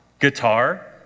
Guitar